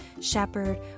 shepherd